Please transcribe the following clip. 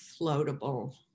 floatable